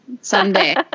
someday